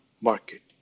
market